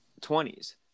20s